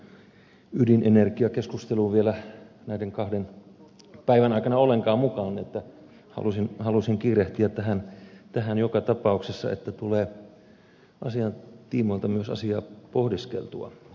kun en ole päässyt tähän ydinenergiakeskusteluun vielä näiden kahden päivän aikana ollenkaan mukaan niin halusin kiirehtiä tähän joka tapauksessa että tulee asian tiimoilta myös asiaa pohdiskeltua osaltanikin